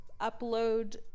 upload